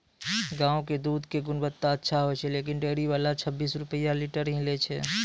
गांव के दूध के गुणवत्ता अच्छा छै लेकिन डेयरी वाला छब्बीस रुपिया लीटर ही लेय छै?